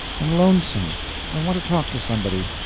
i'm lonesome. i want to talk to somebody.